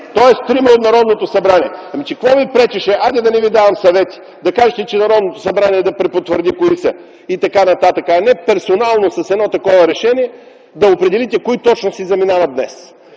Тоест трима от Народното събрание. Ами че какво ви пречеше – хайде да не ви давам съвети – да кажете Народното събрание да препотвърди кои са и така нататък, а не персонално, с едно такова решение да определите кои точно си заминават днес.